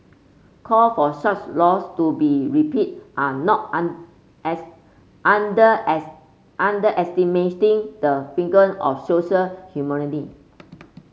call for such laws to be repealed are not as under as underestimating the finger of social